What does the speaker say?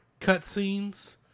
cutscenes